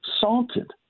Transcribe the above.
salted